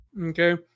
Okay